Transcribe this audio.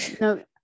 No